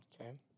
okay